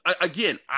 again